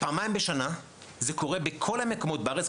פעמיים בשנה זה קורה בכל המקומות בארץ,